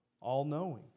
all-knowing